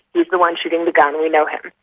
he's the one shooting the gun, we know him.